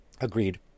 Agreed